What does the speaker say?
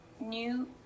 new